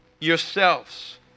yourselves